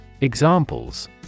Examples